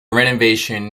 renovation